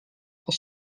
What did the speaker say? pour